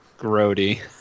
Grody